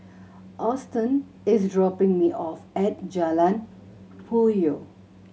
Auston is dropping me off at Jalan Puyoh